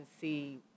see